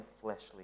fleshly